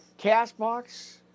CastBox